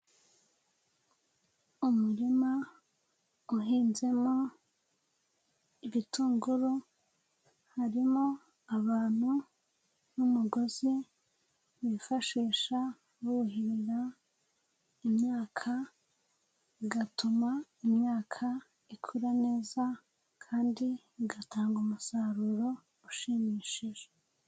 Umurima uhinzemo ibitunguru, harimo abantu n'umugozi wifashisha buhira imyaka, bigatuma imyaka ikura neza, kandi igatanga umusaruro ushimishije.